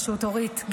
אורית,